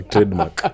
Trademark